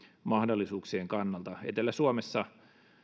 mahdollisuuksien kannalta etelä suomessa